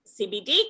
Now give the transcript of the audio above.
CBD